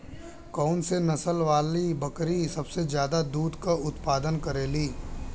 कौन से नसल वाली बकरी सबसे ज्यादा दूध क उतपादन करेली?